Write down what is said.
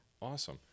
awesome